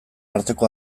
arteko